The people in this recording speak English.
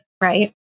Right